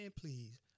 please